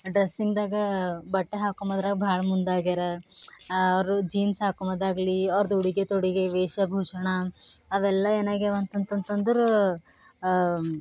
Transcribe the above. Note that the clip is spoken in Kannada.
ಡ್ರೆಸ್ಸಿಂಗ್ದಾಗ ಬಟ್ಟೆ ಹಾಕೊಂಬದ್ರಾಗ ಭಾಳ ಮುಂದಾಗ್ಯಾರ ಅವರು ಜೀನ್ಸ್ ಹಾಕೊಂಬೋದಾಗ್ಲಿ ಅವ್ರದ್ದು ಉಡುಗೆ ತೊಡುಗೆ ವೇಷಭೂಷಣ ಅವೆಲ್ಲ ಏನಾಗ್ಯವ ಅಂತಂತಂದರೆ